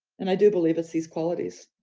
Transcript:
and i do believe it's these qualities.